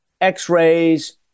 X-rays